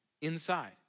inside